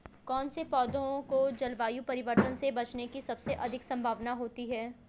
कौन से पौधे को जलवायु परिवर्तन से बचने की सबसे अधिक संभावना होती है?